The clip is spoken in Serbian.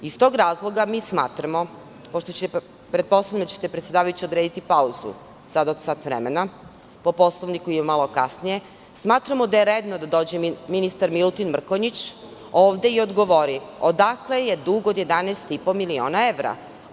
Iz tog razloga, mi smatramo, pošto pretpostavljam da ćete, predsedavajuća, odrediti pauzu sada od sat vremena ili malo kasnije, po Poslovniku, smatramo da je trebalo da dođe ministar Milutin Mrkonjić ovde i odgovori – odakle je dug od 11,5 miliona evra?